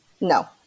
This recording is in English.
No